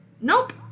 Nope